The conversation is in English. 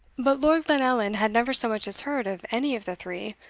but lord glenallan had never so much as heard of any of the three,